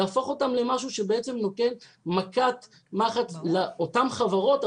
יהפוך אותם למשהו שבעצם נותן מכת מחץ לאותם חברות,